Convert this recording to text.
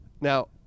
now